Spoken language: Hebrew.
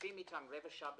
- יושבים אתם רבע שעה בטלפון,